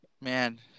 man